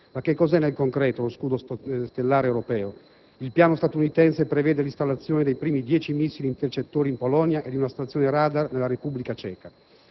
Ma che cos'è, nel concreto, lo «scudo stellare europeo»? Il piano statunitense prevede l'installazione dei primi 10 missili intercettori in Polonia e di una stazione radar nella Repubblica Ceca.